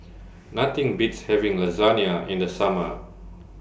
Nothing Beats having Lasagna in The Summer